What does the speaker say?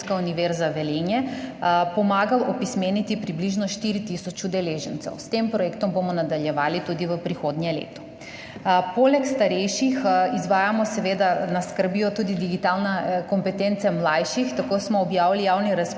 univerza Velenje, pomagal opismeniti približno 4 tisoč udeležencev. S tem projektom bomo nadaljevali tudi v prihodnjem letu. Poleg starejših nas skrbijo tudi digitalne kompetence mlajših. Tako smo objavili javni razpis